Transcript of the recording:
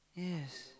yes